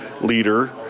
leader